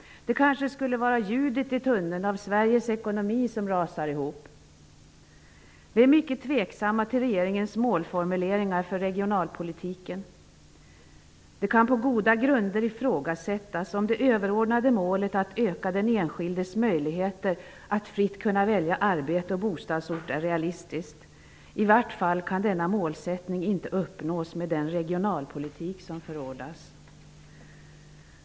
Det kanske skulle vara ljudet i tunneln av Sveriges ekonomi som rasar ihop. Vi är mycket tveksamma till regeringens målformuleringar för regionalpolitiken. Det kan på goda grunder ifrågasättas om det överordnade målet att öka den enskildes möjligheter att fritt kunna välja arbete och bostadsort är realistiskt. I varje fall kan denna målsättning inte uppnås med den regionalpolitik som förordas.